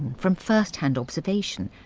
from first hand observation,